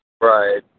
Right